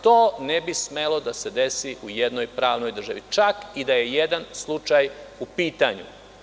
To ne bi smelo da se desi u jednoj pravnoj državi, čak i da je jedan slučaj u pitanju.